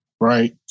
right